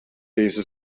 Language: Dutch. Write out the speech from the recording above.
deze